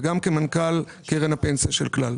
וגם כמנכ"ל קרן הפנסיה של כלל.